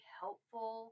helpful